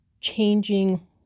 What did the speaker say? changing